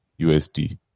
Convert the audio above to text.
USD